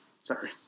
Sorry